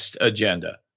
agenda